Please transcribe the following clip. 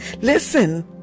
Listen